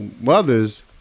mothers